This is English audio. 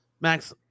max